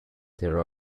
there